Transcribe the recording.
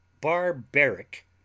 Barbaric